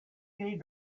need